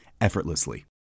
effortlessly